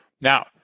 Now